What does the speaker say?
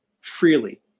freely